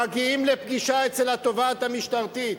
מגיעים לפגישה אצל התובעת המשטרתית.